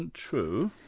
and true.